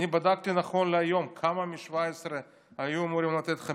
אני בדקתי נכון להיום כמה מ-2017 היו אמורים לתת,